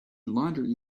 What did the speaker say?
laundry